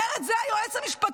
אומר את זה היועץ המשפטי,